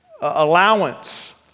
allowance